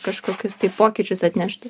kažkokius tai pokyčius atneštų